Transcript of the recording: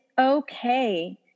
okay